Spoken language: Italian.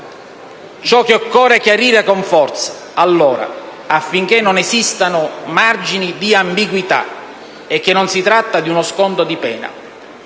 Ciò che occorre chiarire con forza, allora, affinché non esistano margini di ambiguità, è che non si tratta di uno sconto di pena: